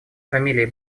фамилии